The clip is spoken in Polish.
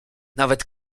nawet